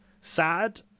sad